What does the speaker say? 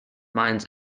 mines